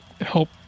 help